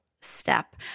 step